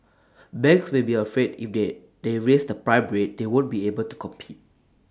banks may be afraid if they they raise the prime rate they won't be able to compete